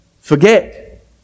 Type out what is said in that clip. forget